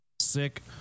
Sick